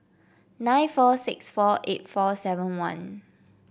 nine four six four eight four seven one